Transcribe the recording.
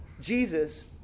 Jesus